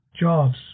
jobs